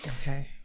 Okay